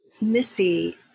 Missy